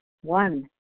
One